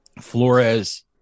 Flores